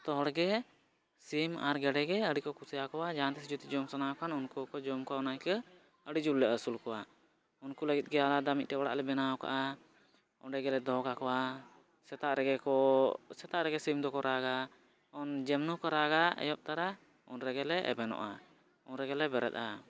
ᱡᱚᱛᱚ ᱦᱚᱲᱜᱮ ᱥᱤᱢ ᱟᱨ ᱜᱮᱰᱮᱜᱮ ᱟᱹᱰᱤ ᱠᱚ ᱠᱩᱥᱤᱭᱟᱠᱚᱣᱟ ᱡᱟᱦᱟᱸ ᱛᱤᱥ ᱡᱩᱫᱤ ᱡᱚᱢ ᱥᱟᱱᱟ ᱠᱚ ᱠᱷᱟᱱ ᱩᱱᱠᱩ ᱠᱚ ᱡᱚᱢ ᱠᱚᱣᱟ ᱚᱱᱟᱜᱮ ᱟᱹᱰᱤ ᱡᱳᱨ ᱞᱮ ᱟᱹᱥᱩᱞ ᱠᱚᱣᱟ ᱩᱱᱠᱩ ᱞᱟᱹᱜᱤᱫ ᱜᱮ ᱟᱞᱟᱫᱟ ᱢᱤᱫᱴᱮᱱ ᱚᱲᱟᱜ ᱞᱮ ᱵᱮᱱᱟᱣ ᱠᱟᱫᱟ ᱚᱸᱰᱮ ᱜᱮᱞᱮ ᱫᱚᱦᱚ ᱠᱟᱠᱚᱣᱟ ᱥᱮᱛᱟᱜ ᱨᱮᱜᱮ ᱠᱚ ᱥᱮᱛᱟᱜ ᱨᱮᱜᱮ ᱥᱤᱢ ᱫᱚᱠᱚ ᱨᱟᱜᱟ ᱡᱮᱢᱱᱤ ᱠᱚ ᱨᱟᱜᱟ ᱮᱦᱚᱵ ᱛᱚᱨᱟ ᱩᱱ ᱨᱮᱜᱮᱞᱮ ᱮᱵᱷᱮᱱᱚᱜᱼᱟ ᱩᱱ ᱨᱮᱜᱮᱞᱮ ᱵᱮᱨᱮᱫᱼᱟ